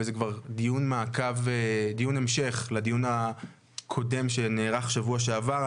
וזה דיון המשך לדיון הקודם שנערך שבוע שעבר,